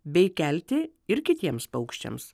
bei kelti ir kitiems paukščiams